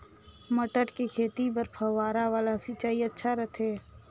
मटर के खेती बर फव्वारा वाला सिंचाई अच्छा रथे?